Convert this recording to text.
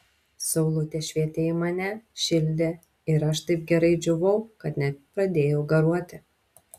saulutė švietė į mane šildė ir aš taip gerai džiūvau kad net pradėjau garuoti